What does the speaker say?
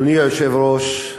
אדוני היושב-ראש,